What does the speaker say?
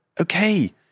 okay